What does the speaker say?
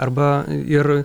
arba ir